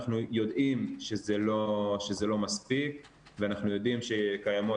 אנחנו יודעים שזה לא מספיק ואנחנו יודעים שקיימות